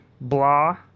blah